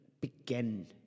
begin